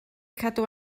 cadw